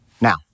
Now